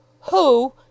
Who